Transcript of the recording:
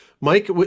Mike